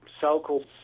so-called